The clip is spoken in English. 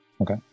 Okay